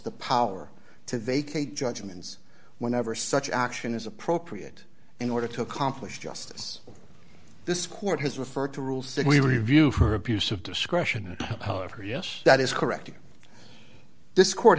the power to vacate judgments whenever such action is appropriate in order to accomplish justice this court has referred to rule said we review for abuse of discretion however yes that is correct this court